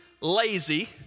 lazy